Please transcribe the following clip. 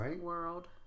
world